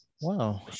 Wow